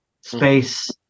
space